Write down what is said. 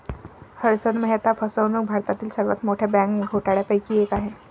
हर्षद मेहता फसवणूक भारतातील सर्वात मोठ्या बँक घोटाळ्यांपैकी एक आहे